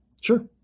sure